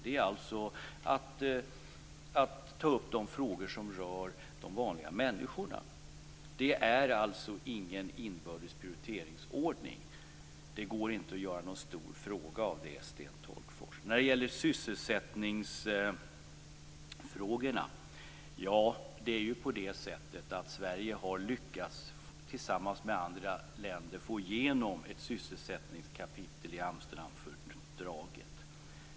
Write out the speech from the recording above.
Det är alltså att ta upp de frågor som rör de vanliga människorna. Det är alltså ingen inbördes prioriteringsordning. Det går inte att göra någon stor fråga av det, Sten Tolgfors. När det gäller sysselsättningsfrågorna har Sverige tillsammans med andra länder lyckats få igenom ett sysselsättningskapitel i Amsterdamfördraget.